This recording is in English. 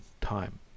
time